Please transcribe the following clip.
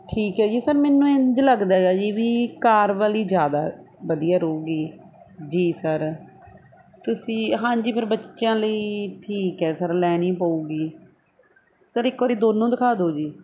ਠੀਕ ਹੈ ਜੀ ਸਰ ਮੈਨੂੰ ਇੰਝ ਲੱਗਦਾ ਹੈਗਾ ਜੀ ਵੀ ਕਾਰ ਵਾਲੀ ਜ਼ਿਆਦਾ ਵਧੀਆ ਰਹੂਗੀ ਜੀ ਸਰ ਤੁਸੀਂ ਹਾਂਜੀ ਫਿਰ ਬੱਚਿਆਂ ਲਈ ਠੀਕ ਹੈ ਸਰ ਲੈਣੀ ਪਵੇਗੀ ਸਰ ਇੱਕ ਵਾਰੀ ਦੋਨੋਂ ਦਿਖਾ ਦਿਓ ਜੀ